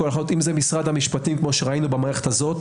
אם זה משרד המשפטים כפי שראינו במערכת הזו.